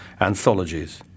anthologies